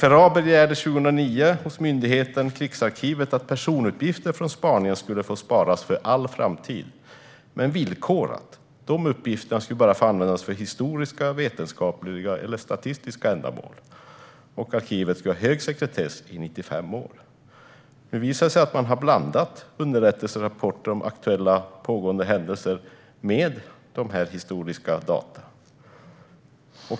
Vidare kan vi i DN läsa att FRA 2009 hos myndigheten Krigsarkivet begärde att personuppgifter från spaningen skulle få sparas för all framtid - men villkorat. Uppgifterna skulle bara få användas för historiska, vetenskapliga eller statistiska ändamål. Arkivet skulle ha hög sekretess i 95 år. Nu visar det sig att man har blandat underrättelserapporter om aktuella, pågående händelser med historiska data.